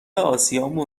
آسیامون